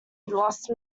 lost